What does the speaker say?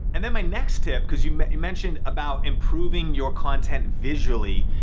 and then my next tip, cause you you mentioned about improving your content visually,